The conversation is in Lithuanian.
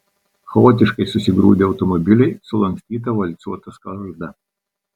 chaotiškai susigrūdę automobiliai sulankstyta valcuota skarda